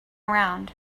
around